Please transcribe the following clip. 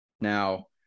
Now